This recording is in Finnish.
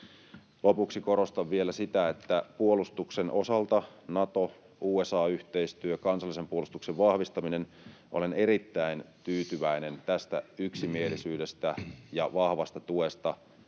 Lopuksi korostan vielä sitä, että — puolustuksen osalta Nato—USA-yhteistyö, kansallisen puolustuksen vahvistaminen — olen erittäin tyytyväinen tästä yksimielisyydestä ja vahvasta tuesta